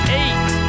eight